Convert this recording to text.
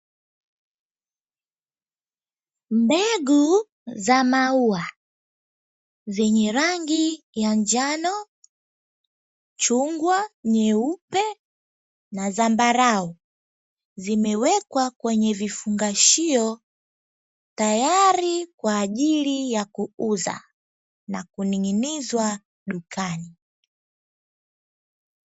Mbegu za maua zenye rangi ya njano, chungwa, nyeupe na zambarau zimewekwa kwenye vifungashio tayari kwa ajili ya kuuzwa na kuning'inizwa dukani.